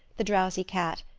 the drowsy cat,